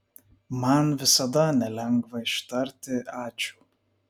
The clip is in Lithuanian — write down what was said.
man visada nelengva ištarti ačiū